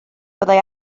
byddai